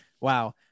Wow